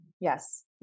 Yes